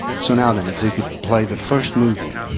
so now then if we could play the first movie.